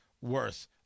worth